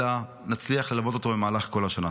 אלא שנצליח ללוות אותו במהלך כל השנה.